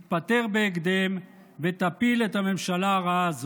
התפטר בהקדם ותפיל את הממשלה הרעה הזאת.